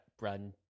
run